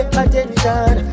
attention